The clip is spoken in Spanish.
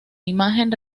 imagen